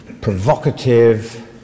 provocative